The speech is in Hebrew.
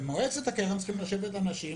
-- במועצת הקרן צריכים לשבת אנשים